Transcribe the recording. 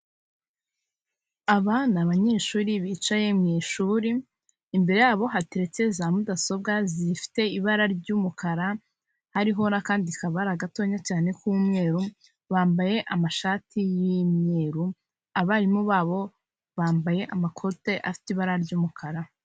Aba ni abanyeshuri bicaye mu ishuri imbere yabo hateretse za mudasobwa zifite ibara ry'umukara hariho n'akandi kaba ari gatotonya cyane k'umweru, bambaye amashati y'imyeru abarimu babo bambaye amakote afite ibara ry'umukara.